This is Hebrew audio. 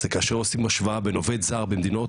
זה כאשר עושים השוואה בין עובד זר במדינות,